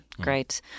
Great